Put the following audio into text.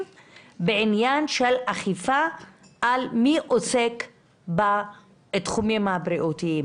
בעניין של אכיפה על מי שעוסק בתחומים הבריאותיים,